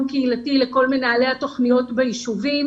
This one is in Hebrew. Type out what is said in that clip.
קהילתי לכל מנהלי התוכניות בישובים.